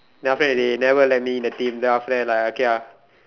then after that they never let me in the team then after that like I okay ah